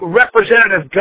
representative